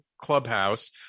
Clubhouse